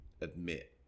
admit